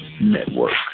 Network